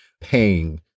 paying